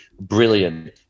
brilliant